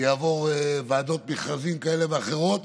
ויעבור ועדות מכרזים כאלה ואחרות